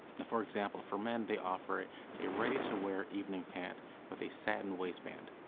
and for example, for men, they offer a ready-to-wear evening pant with a satin waistband.